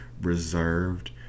reserved